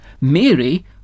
Mary